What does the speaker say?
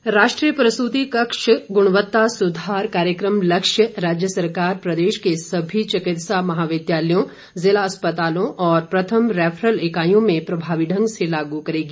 लक्ष्य राष्ट्रीय प्रसूति कक्ष गुणवत्ता सुधार कार्यक्रम लक्ष्य राज्य सरकार प्रदेश के सभी चिकित्सा महाविद्यालयों जिला अस्पतालों और प्रथम रैफरल इकाईयों में प्रभाव ढंग से लागू करेगी